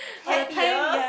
happiest